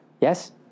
Yes